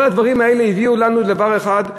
כל הדברים האלה הביאו לנו דבר אחד,